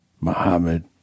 Muhammad